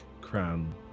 crown